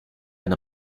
and